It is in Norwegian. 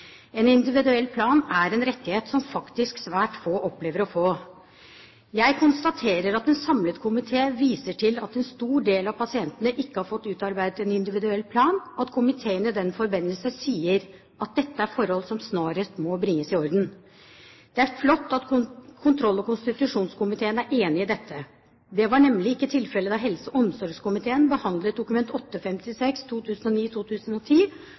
En individuell plan er en rettighet som faktisk svært få opplever å få. Jeg konstaterer at en samlet komité viser til at en stor del av pasientene ikke har fått utarbeidet en individuell plan, og at komiteen i den forbindelse sier «at dette er forhold som snarest må bringes i orden». Det er flott at kontroll- og konstitusjonskomiteen er enig i dette. Det var nemlig ikke tilfellet da helse- og omsorgskomiteen behandlet Dokument